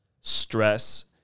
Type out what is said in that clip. stress